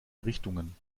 richtungen